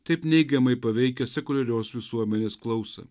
taip neigiamai paveikia sekuliarios visuomenės klausą